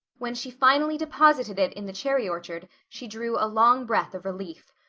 when she finally deposited it in the cherry orchard she drew a long breath of relief.